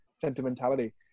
sentimentality